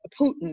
putin